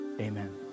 amen